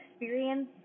experience